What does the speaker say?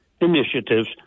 initiatives